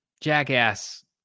jackass